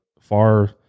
far